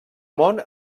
món